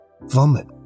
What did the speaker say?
vomit